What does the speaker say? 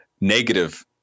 negative